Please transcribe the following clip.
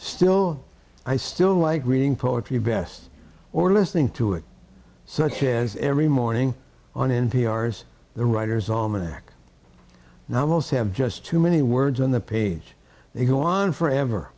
still i still like reading poetry best or listening to it such as every morning on n p r s the writer's almanac now most have just too many words on the page they go on forever